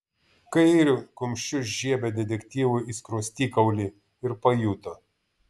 kairiu kumščiu žiebė detektyvui į skruostikaulį ir pajuto